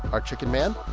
our chicken man.